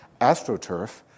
AstroTurf